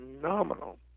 phenomenal